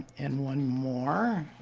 and one more.